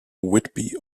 whitby